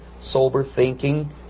sober-thinking